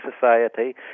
society